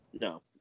No